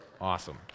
Awesome